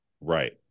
Right